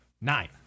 nine